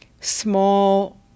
small